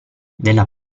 della